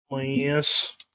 Yes